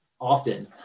often